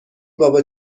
بابا